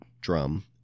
drum